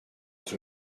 els